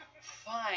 fine